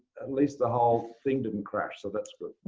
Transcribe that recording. at least the whole thing didn't crash, so that's good.